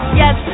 yes